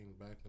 back